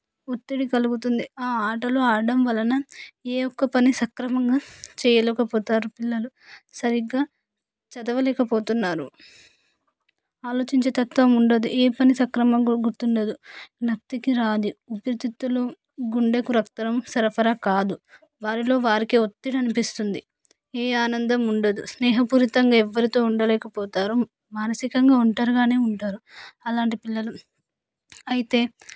ఒత్తిడి కలుగుతుంది ఆ ఆటలు ఆడటం వలన ఏ ఒక్క పని సక్రమంగా చేయలేక పోతారు పిల్లలు సరిగ్గా చదవలేక పోతున్నారు ఆలోచించే తత్వం ఉండదు ఏ పని సక్రమంగా గుర్తుండదు జ్ఞప్తికి రాదు ఊపిరితిత్తులు గుండెకు రక్తం సరఫరా కాదు వారిలో వారికే ఒత్తిడి అనిపిస్తుంది ఏ ఆనందం ఉండదు స్నేహపూర్వకంగా ఎవరితో ఉండలేక పోతారు మానసికంగా ఒంటరిగానే ఉంటారు అలాంటి పిల్లలు అయితే